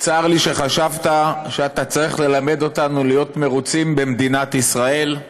צר לי שחשבת שאתה צריך ללמד אותנו להיות מרוצים במדינת ישראל.